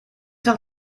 nach